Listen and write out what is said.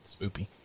Spoopy